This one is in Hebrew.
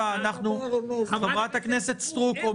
חברת הכנסת סטרוק,